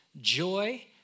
joy